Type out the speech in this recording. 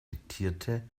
diktierte